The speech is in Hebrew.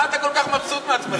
מה אתה כל כך מבסוט מעצמך?